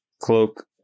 Cloak